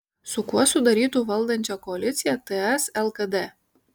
su kuo sudarytų valdančią koaliciją ts lkd